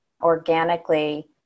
organically